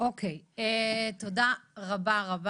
תודה רבה.